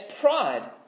pride